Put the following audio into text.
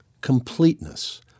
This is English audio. completeness